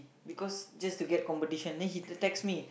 because just to get competition the he text me